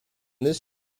this